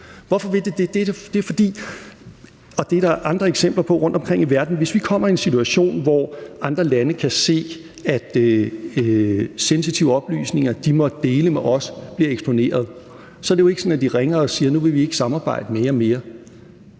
hvis vi kommer i en situation, hvor andre lande kan se, at sensitive oplysninger, de måtte dele med os, bliver eksponeret, jo så ikke er sådan, at de ringer og siger, at nu vil de ikke samarbejde med os mere,